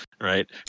right